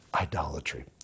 idolatry